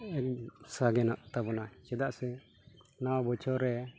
ᱥᱟᱜ ᱛᱟᱵᱚᱱᱟ ᱪᱮᱫᱟᱜ ᱥᱮ ᱱᱟᱣᱟ ᱵᱚᱪᱷᱚᱨ ᱨᱮ